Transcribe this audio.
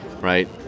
right